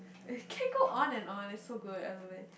it keep go on and on it so good other way